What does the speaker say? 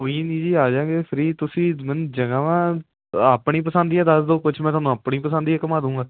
ਕੋਈ ਨਹੀਂ ਜੀ ਆ ਜਾਵਾਂਗੇ ਫਰੀ ਤੁਸੀਂ ਮੈਨੂੰ ਜਗ੍ਹਾਵਾਂ ਆਪਣੀ ਪਸੰਦ ਦੀਆਂ ਦੱਸ ਦਿਓ ਕੁਛ ਮੈਂ ਤੁਹਾਨੂੰ ਆਪਣੀ ਪਸੰਦ ਦੀਆਂ ਘੁੰਮਾ ਦੂੰਗਾ